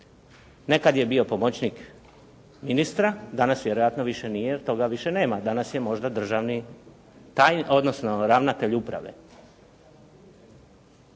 Nekad je bio pomoćnik ministra, danas vjerojatno više nije jer toga više nema. Danas je možda ravnatelj uprave.